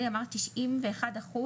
עשרה בטבת תשפ"ב.